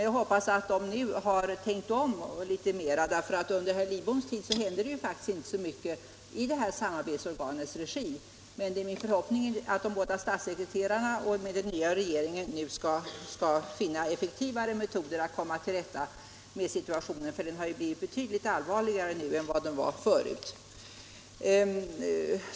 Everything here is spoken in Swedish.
Jag hoppas emellertid att dessa nu har tänkt om. Under herr Lidboms tid hände det faktiskt inte så mycket i detta samarbetsorgans regi. Det är därför min förhoppning att de båda statssekreterarna och den nya regeringen nu skall finna effektivare metoder att komma till rätta med situationen, som har blivit betydligt allvarligare nu än den var förut.